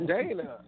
Dana